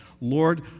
Lord